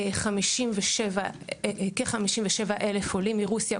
הגיעו כ-57,000 עולים מרוסיה,